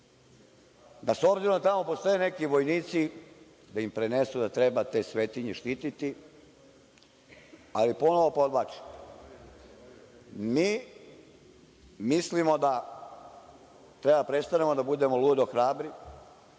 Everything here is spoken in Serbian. tamo.S obzirom da tamo postoje neki vojnici, da im prenesu da treba te svetinje štititi, ali ponovo podvlačim, mi mislimo da treba da prestanemo da budemo ludo hrabri,